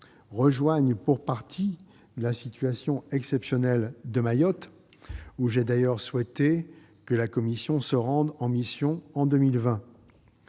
rejoignent pour partie la situation exceptionnelle de Mayotte, où j'ai souhaité que la commission se rende en mission l'année